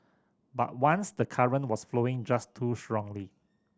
but once the current was flowing just too strongly